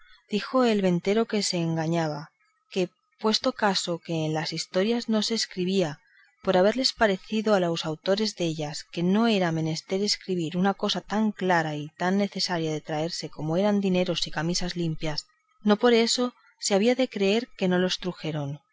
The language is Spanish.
dijo el ventero que se engañaba que puesto caso que en las historias no se escribía por haberles parecido a los autores dellas que no era menester escrebir una cosa tan clara y tan necesaria de traerse como eran dineros y camisas limpias no por eso se había de creer que no los